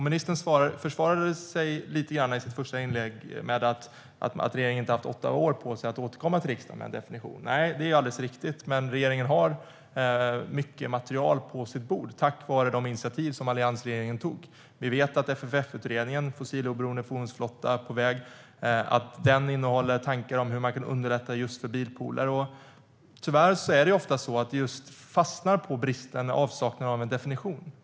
Ministern försvarade sig lite i sitt första inlägg med att regeringen inte har haft åtta år på sig att återkomma till riksdagen med en definition. Det är alldeles riktigt. Men regeringen har mycket material på sitt bord, tack vare de initiativ som alliansregeringen tog. Vi vet att FFF-utredningen, Fossilfrihet på väg , innehåller tankar om hur man kan underlätta för just bilpooler. Tyvärr fastnar det ofta på grund av avsaknad av en definition.